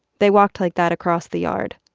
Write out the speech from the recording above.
they walked like that across the yard,